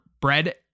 bread